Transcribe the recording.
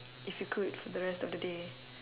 if you could for the rest of the day